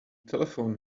telephoned